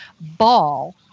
ball